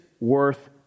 worth